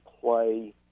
play